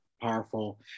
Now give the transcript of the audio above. powerful